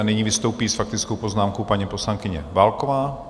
Nyní vystoupí s faktickou poznámkou paní poslankyně Válková.